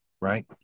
right